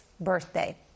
birthday